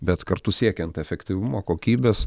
bet kartu siekiant efektyvumo kokybės